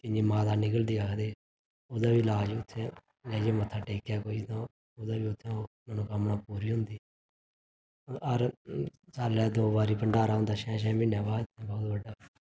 जियां माता निकलदी आखदे ओह्दा बी इलाज इत्थै जिसलै कोई मत्था टेकै तां ओह्दी मनोकामना पूरी होंदी हर सालै दे दो बारी भंडारा होंदा ऐ छे छे म्हीने बाद